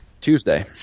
Tuesday